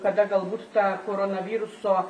kada galbūt ta koronaviruso